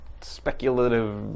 speculative